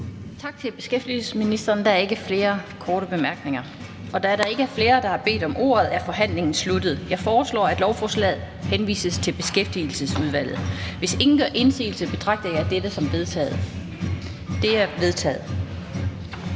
Tak til beskæftigelsesministeren. Der er ikke flere korte bemærkninger. Da der ikke er flere, der har bedt om ordet, er forhandlingen sluttet. Jeg foreslår, at lovforslaget henvises til Beskæftigelsesudvalget. Hvis ingen gør indsigelse, betragter jeg dette som vedtaget. Det er vedtaget.